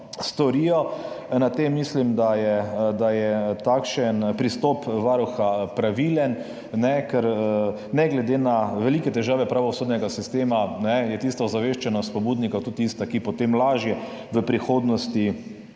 storijo na tem. Mislim, da je takšen pristop Varuha pravilen, ker je ne glede na velike težave pravosodnega sistema ozaveščenost pobudnikov tudi tista, ki jim potem lažje v prihodnosti